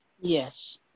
Yes